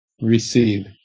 receive